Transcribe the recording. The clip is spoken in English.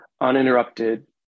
uninterrupted